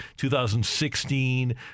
2016